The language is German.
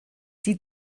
die